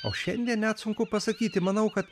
o šiandien net sunku pasakyti manau kad